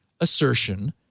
assertion